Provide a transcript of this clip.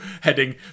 heading